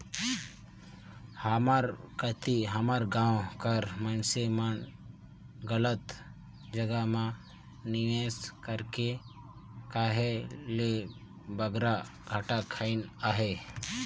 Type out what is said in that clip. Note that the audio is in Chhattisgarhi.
हमर कती हमर गाँव कर मइनसे मन गलत जगहा म निवेस करके कहे ले बगरा घाटा खइन अहें